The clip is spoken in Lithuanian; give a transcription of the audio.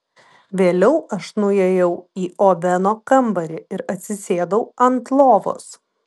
vėliau aš nuėjau į oveno kambarį ir atsisėdau ant lovos